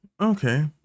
Okay